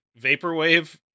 vaporwave